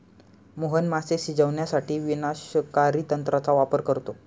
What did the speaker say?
मोहन मासे शिजवण्यासाठी विनाशकारी तंत्राचा वापर करतो